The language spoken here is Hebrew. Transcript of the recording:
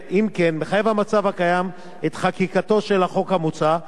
המצב הקיים מחייב את חקיקתו של החוק המוצע,